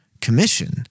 commission